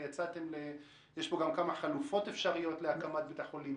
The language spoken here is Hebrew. יש פה כמה חלופות אפשריות להקמת בית חולים,